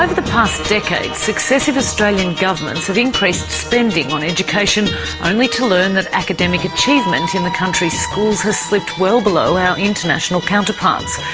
ah the past decades, successive australian governments have increased spending on education only to learn that academic achievement in the country's schools has slipped well below our international counterparts.